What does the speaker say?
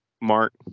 Mark